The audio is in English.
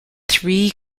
three